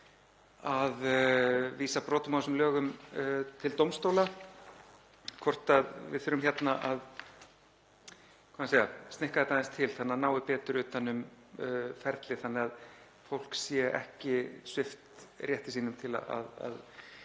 að vísa brotum á þessum lögum til dómstóla. Þurfum við, hvað á ég að segja, snikka þetta aðeins til þannig að það nái betur utan um ferlið þannig að fólk sé ekki svipt rétti sínum til að